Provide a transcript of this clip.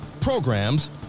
programs